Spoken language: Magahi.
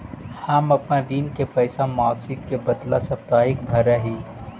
हम अपन ऋण के पैसा मासिक के बदला साप्ताहिक भरअ ही